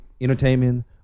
entertainment